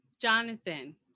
Jonathan